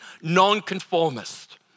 nonconformist